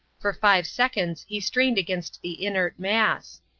for five seconds he strained against the inert mass.